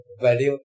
value